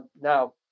now